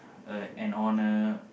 a an honour